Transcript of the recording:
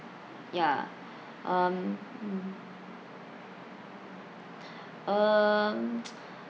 ya um mmhmm um